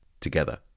together